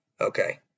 okay